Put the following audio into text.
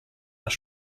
nach